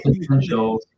potential